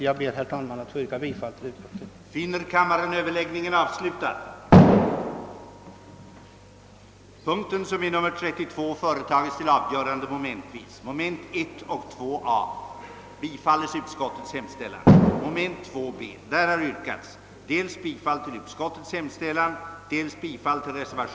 Jag ber, herr talman, att få yrka bifall till utskottets hemställan.